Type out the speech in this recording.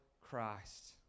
Christ